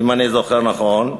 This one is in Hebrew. אם אני זוכר נכון.